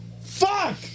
Fuck